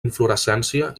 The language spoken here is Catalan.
inflorescència